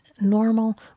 normal